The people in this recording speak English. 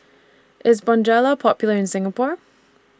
IS Bonjela Popular in Singapore